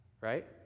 right